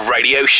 Radio